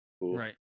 right